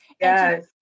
yes